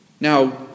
Now